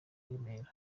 remera